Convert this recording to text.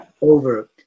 over